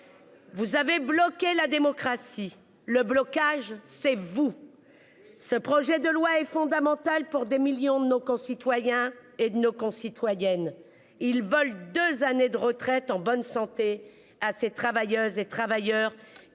Vous avez bloqué la démocratie. Le blocage c'est vous. Ce projet de loi est fondamental pour des millions de nos concitoyens et de nos concitoyennes ils veulent 2 années de retraite en bonne santé. Ah ces travailleuses et travailleurs